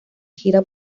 gira